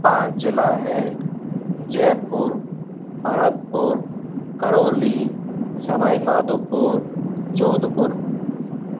पाँच जिला है जयपुर भरतपुर करौली सवाई माधौपुर जोधपुर